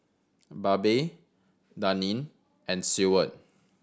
Babe Daneen and Seward